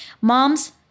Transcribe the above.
moms